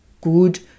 good